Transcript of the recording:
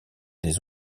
des